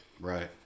Right